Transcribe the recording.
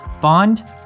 Bond